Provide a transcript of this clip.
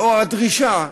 לאור הדרישה,